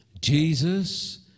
Jesus